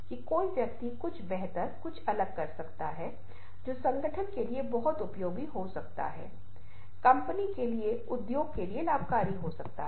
तो पाठ एक ही शेष है पर छवियों अलग किया जा रहा है आप को मौलिक अलग अर्थ हो सकता है और यहा ही अन्य तरीके से भी हो सकता है